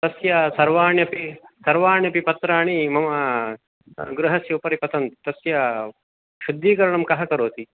तस्य सर्वाण्यपि सर्वाण्यपि पत्राणि मम गृहस्य उपरि पतन्ति तस्य शुद्धीकरणं कः करोति